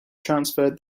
transferred